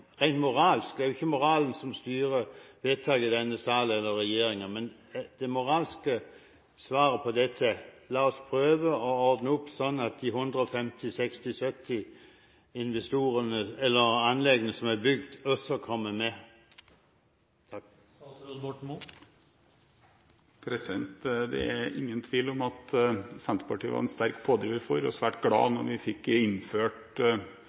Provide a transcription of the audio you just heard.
moralen som styrer vedtakene i denne salen eller regjeringen, men er ikke statsråden enig i at det moralske svaret på dette bør være: La oss prøve å ordne opp, slik at de 150–170 anleggene som er bygd, også kommer med. Det er ingen tvil om at Senterpartiet var en sterk pådriver for og svært glad da vi fikk innført